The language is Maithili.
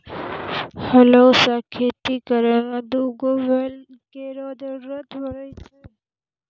हलो सें खेती करै में दू गो बैल केरो जरूरत पड़ै छै